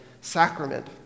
sacrament